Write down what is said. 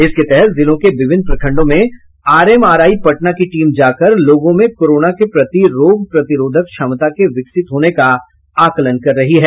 इसके तहत जिलों के विभिन्न प्रखंडों में आरएमआरआई पटना की टीम जाकर लोगों में कोरोना के प्रति रोग प्रतिरोधक क्षमता के विकसित होने का आकलन कर रही है